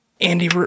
Andy